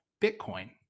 Bitcoin